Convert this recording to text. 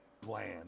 bland